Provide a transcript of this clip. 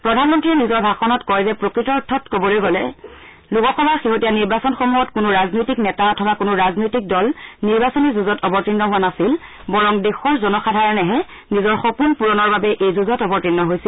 প্ৰধানমন্ত্ৰীয়ে নিজৰ ভাষণত কয় যে প্ৰকৃত অৰ্থত কবলৈ হলে লোকসভাৰ শেহতীয়া নিৰ্বাচনসমূহত কোনো ৰাজনৈতিক নেতা অথবা কোনো ৰাজনৈতিক দল নিৰ্বাচনী যুঁজত অৱতীৰ্ণ হোৱা নাছিল বৰং দেশৰ জনসাধাৰণেহে নিজৰ সপোন পূৰণৰ বাবে এই যুঁজত অৱতীৰ্ণ হৈছিল